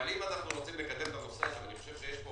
אבל אם אנחנו רוצים לקדם את הנושא הזה - יש פה